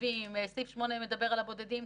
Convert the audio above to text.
מתנדבים ובודדים.